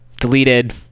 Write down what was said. deleted